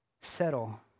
settle